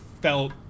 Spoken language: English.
felt